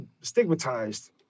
stigmatized